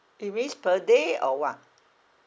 it means per day or what